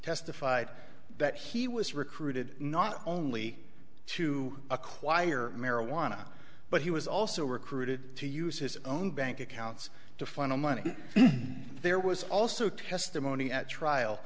testified that he was recruited not only to acquire marijuana but he was also recruited to use his own bank accounts to funnel money there was also testimony at trial